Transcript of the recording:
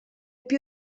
più